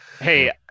hey